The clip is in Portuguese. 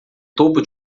topo